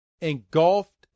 engulfed